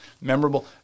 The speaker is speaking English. memorable